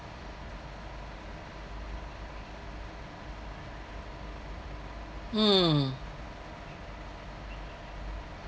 mm